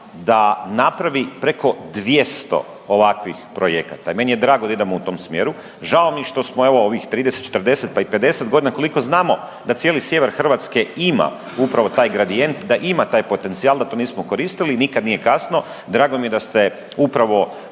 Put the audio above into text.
da napravi preko 200 ovakvih projekata i meni je drago da idemo u tom smjeru. Žao mi je što smo evo ovih 30, 40 pa i 50 godina koliko znamo da cijeli sjever Hrvatske ima upravo taj gradijent, da ima taj potencijal da to nismo koristili, nikad nije kasno, drago mi je da ste upravo